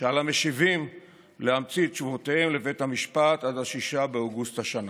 שעל המשיבים להמציא את תשובותיהם לבית המשפט עד 6 באוגוסט השנה.